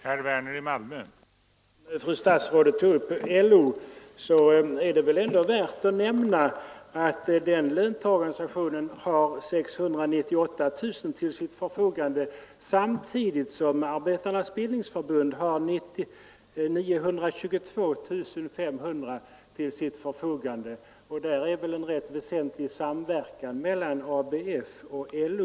Herr talman! Eftersom fru statsrådet tog upp LO, är det väl ändå värt att nämna att denna löntagarorganisation har 698 000 kronor till sitt förfogande samtidigt som Arbetarnas bildningsförbund får 922 500 kronor för sin verksamhet. Det är väl ändå en rätt väsentlig samverkan mellan ABF och LO.